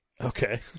Okay